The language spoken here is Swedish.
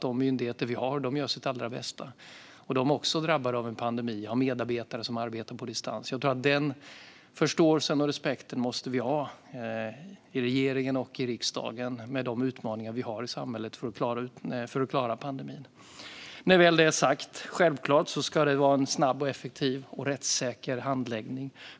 De myndigheter vi har gör sitt allra bästa. De är också drabbade av en pandemi och har medarbetare som arbetar på distans. Den förståelsen och respekten måste vi ha i regeringen och i riksdagen med de utmaningar vi har i samhället för att klara pandemin. När väl det är sagt ska det självklart vara en snabb, effektiv och rättssäker handläggning.